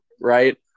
right